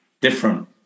different